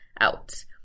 out